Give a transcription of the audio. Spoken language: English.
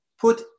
put